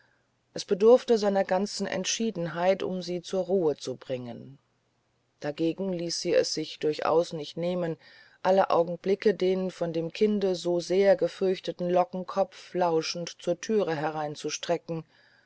es bedurfte seiner ganzen entschiedenheit um sie zur ruhe zu bringen dagegen ließ sie es sich durchaus nicht nehmen alle augenblicke den von dem kinde so sehr gefürchteten lockenkopf lauschend zur thür